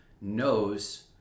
knows